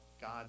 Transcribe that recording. God